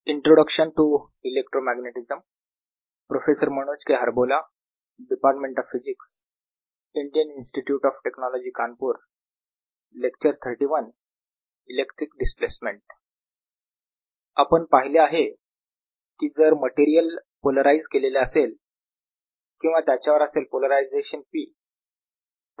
electric displacement आपण पाहिले आहे की जर मटेरियल पोलराईझ केलेले असेल किंवा त्याच्यावर असेल पोलरायझेशन P